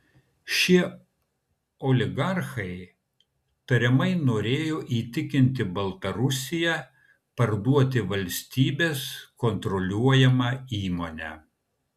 šie oligarchai tariamai norėjo įtikinti baltarusiją parduoti valstybės kontroliuojamą įmonę